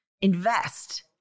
invest